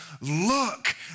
look